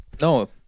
No